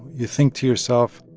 you think to yourself,